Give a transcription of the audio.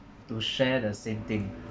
to share the same thing